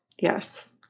Yes